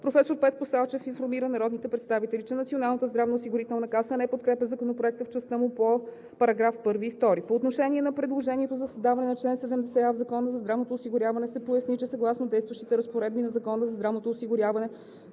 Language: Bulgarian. Професор Петко Салчев информира народните представители, че Националната здравноосигурителна каса не подкрепя Законопроекта в частта му по § 1 и 2. По отношение на предложението за създаване на чл. 70а в Закона за здравното осигуряване се поясни, че съгласно действащите разпоредби на Закона за здравното осигуряване,